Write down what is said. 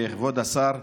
כבוד השר,